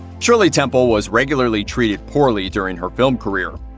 shirley temple was regularly treated poorly during her film career.